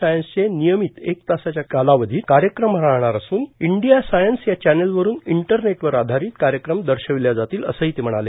सायन्सचे नियीमत एक तासाच्या कालावधीत कार्यक्रम राहणार असून इंडिया सायन्स या चॅनेलवरून इंटरनेटवर आधारित कार्यक्रम दर्शविल्या जातील असंही ते म्हणाले